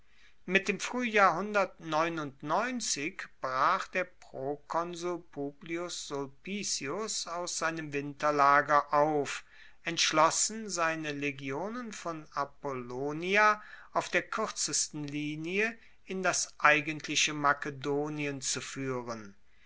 mit dem fruehjahr brach der prokonsul publius sulpicius aus seinem winterlager auf entschlossen seine legionen von apollonia auf der kuerzesten linie in das eigentliche makedonien zu fuehren